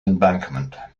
embankment